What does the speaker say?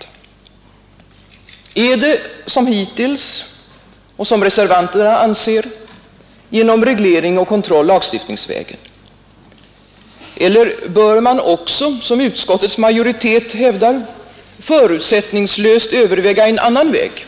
Skall vi göra det som hittills, och som reservanterna anser, genom reglering och kontroll lagstiftningsvägen, eller bör man också som utskottets majoritet hävdar, förutsättningslöst överväga en annan väg,